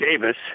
Davis